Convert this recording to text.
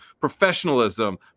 Professionalism